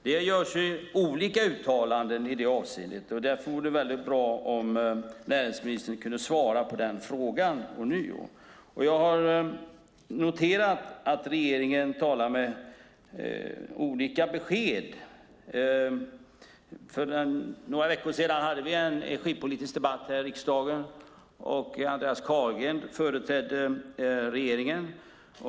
Det görs olika uttalanden i det avseendet. Därför vore det väldigt bra om näringsministern ånyo kunde ge ett svar. Jag har noterat att regeringen ger olika besked. För några veckor sedan hade vi här i riksdagen en energipolitisk debatt. Andreas Carlgren företrädde då regeringen.